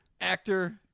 Actor